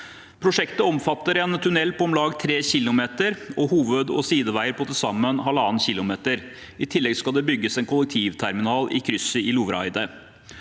Prosjektet omfatter en tunnel på om lag 3 km og hoved- og sideveier på til sammen ca. 1,5 km. I tillegg skal det bygges en kollektivterminal i krysset i Lovraeidet.